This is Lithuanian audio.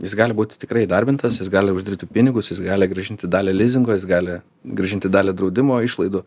jis gali būti tikrai įdarbintas jis gali uždirbti pinigus jis gali grąžinti dalį lizingo jis gali grąžinti dalį draudimo išlaidų